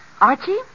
Archie